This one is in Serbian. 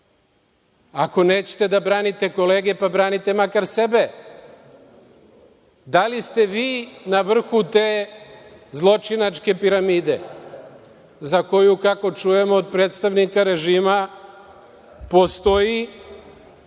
Ako nećete da branite kolege, pa branite makar sebe. Da li ste vi na vrhu te zločinačke piramide koja, kako čujemo od predstavnika režima, postoji